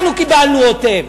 אנחנו קיבלנו אותם.